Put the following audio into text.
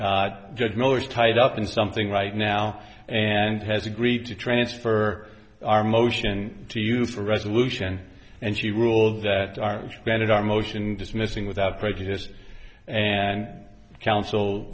judge miller is tied up in something right now and has agreed to transfer our motion to you for resolution and she ruled that our bennett our motion dismissing without prejudice and counsel